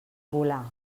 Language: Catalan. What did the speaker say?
volar